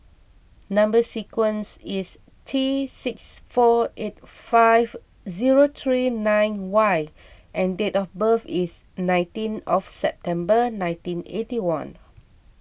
Number Sequence is T six four eight five zero three nine Y and date of birth is nineteen of September nineteen eighty one